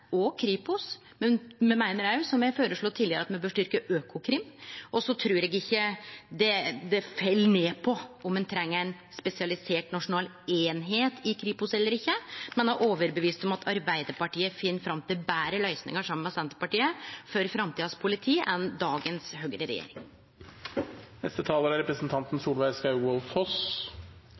og Kripos, men me meiner òg, som me har føreslått tidlegare, at me bør styrkje Økokrim. Så trur eg ikkje det fell ned på om ein treng ei spesialisert nasjonal eining i Kripos eller ikkje, men eg er overtydd om at Arbeidarpartiet saman med Senterpartiet finn fram til betre løysingar for framtidas politi enn det dagens høgreregjering gjer. Representanten Solveig Skaugvoll Foss